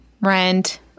Rent